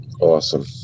Awesome